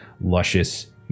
luscious